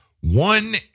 One